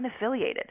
unaffiliated